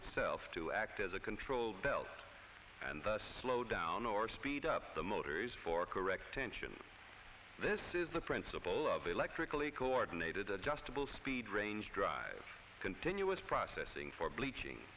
itself to act as a controlled belt and slow down or speed up the motors for correct tension this is the principle of electrically coordinated adjustable speed range drive continuous processing for bleaching